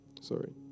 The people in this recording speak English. Sorry